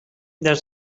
that